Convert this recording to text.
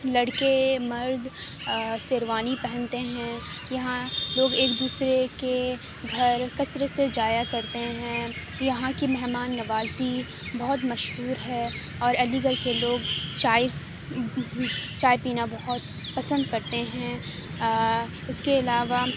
لڑکے مرد شیروانی پہنتے ہیں یہاں لوگ ایک دوسرے کے گھر کثرت سے جایا کرتے ہیں یہاں کی مہمان نوازی بہت مشہور ہے اور علی گڑھ کے لوگ چائے چائے پینا بہت پسند کرتے ہیں اس کے علاوہ